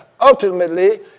ultimately